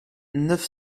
neuf